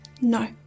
No